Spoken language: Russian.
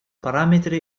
параметры